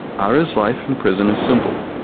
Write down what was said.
ara's life in prison is simple,